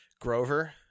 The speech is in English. Grover